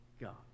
God